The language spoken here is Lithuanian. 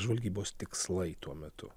žvalgybos tikslai tuo metu